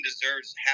deserves